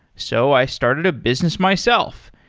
so, i started a business myself,